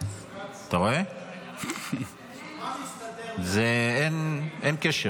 אתה רואה, עוד לא התחלתי, כבר נגד.